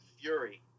fury